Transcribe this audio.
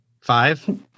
five